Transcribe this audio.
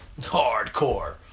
Hardcore